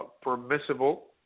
permissible